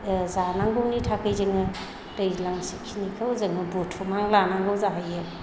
जानांगौनि थाखाय जोङो दैज्लांसेखिनिखौ जोङो बुथुमनानै लानांगौ जाहैयो